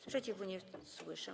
Sprzeciwu nie słyszę.